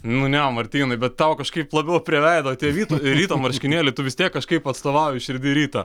nu ne martynai bet tau kažkaip labiau prie veido tie vyto ryto marškinėlių tu vis tiek kažkaip atstovauji širdy ryto